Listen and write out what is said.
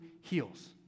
heals